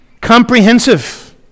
comprehensive